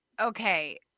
okay